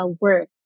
work